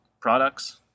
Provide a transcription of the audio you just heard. products